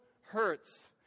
hurts